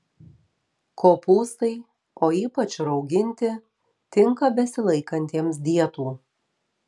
kopūstai o ypač rauginti tinka besilaikantiems dietų